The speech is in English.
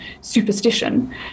superstition